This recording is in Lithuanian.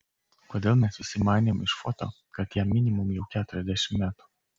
kodėl mes visi manėm iš foto kad jam minimum jau keturiasdešimt metų